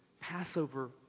Passover